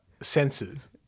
senses